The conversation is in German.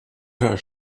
der